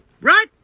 Right